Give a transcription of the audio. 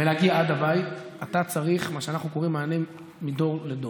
ולהגיע עד הבית אתה צריך את מה שאנחנו קוראים מענה door to door,